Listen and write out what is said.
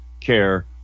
care